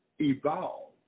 evolve